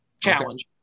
challenge